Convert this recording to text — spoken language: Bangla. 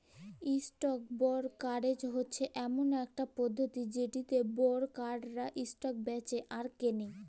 ইসটক বোরকারেজ হচ্যে ইমন একট পধতি যেটতে বোরকাররা ইসটক বেঁচে আর কেলে